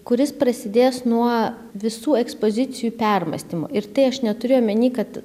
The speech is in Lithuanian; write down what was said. kuris prasidės nuo visų ekspozicijų permąstymo ir tai aš neturiu omeny kad